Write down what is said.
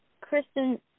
Kristen